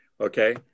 okay